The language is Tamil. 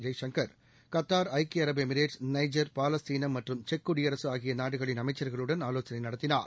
ஜெய்சங்கள் கத்தாள் ஐக்கிய அரபு எமிரேட்ஸ் நைஜர் பாலஸ்தீனம் மற்றும் செக் குடியரசு ஆகிய நாடுகளின் அமைச்சர்களுடன் ஆலோசனை நடத்தினார்